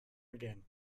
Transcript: again